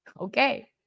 Okay